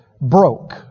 broke